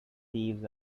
thieves